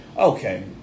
Okay